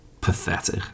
pathetic